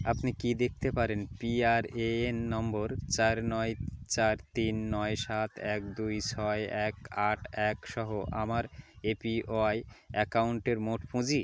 আপনি কি দেখতে পারেন পিআরএএন নম্বর চার নয় চার তিন নয় সাত এক দুই ছয় এক আট এক সহ আমার এপিওয়াই অ্যাকাউন্টের মোট পুঁজি